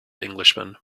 englishman